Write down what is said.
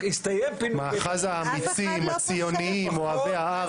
מאחז האמיצים, הציוניים, אוהבי הארץ.